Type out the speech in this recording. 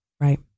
Right